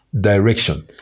direction